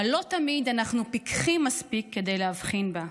אבל לא תמיד אנחנו פיקחים מספיק להבחין בה.